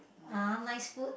uh nice food